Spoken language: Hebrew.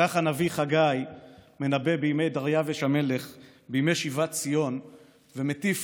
כך הנביא חגי מנבא בימי דריווש המלך בימי שיבת ציון ומטיף